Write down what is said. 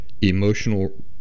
emotional